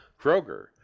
Kroger